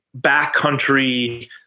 backcountry